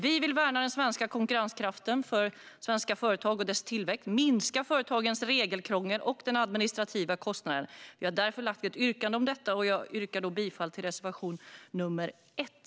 Vi vill värna den svenska konkurrenskraften för svenska företag och deras tillväxt. Vi vill minska regelkrånglet för företagen och den administrativa kostnaden. Vi har därför motionerat i frågan, och jag yrkar bifall till reservation nr 1.